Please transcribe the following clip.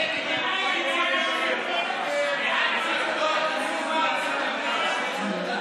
הוראת שעה, תיקון),